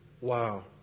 wow